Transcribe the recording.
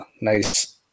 Nice